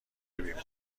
بیمار